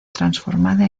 transformada